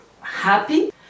happy